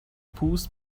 پوست